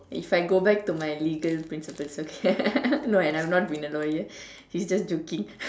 if I go back to my legal principles okay no I have not been a lawyer he's just joking